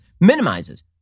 minimizes